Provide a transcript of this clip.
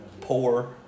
poor